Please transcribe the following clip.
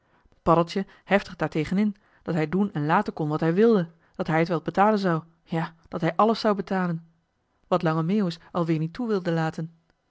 paddeltje heftig daartegen in dat hij doen en laten kon wat hij wilde dat hij t wel betalen zou ja dat hij alles zou betalen wat lange meeuwis alweer niet toe wilde laten